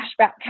cashback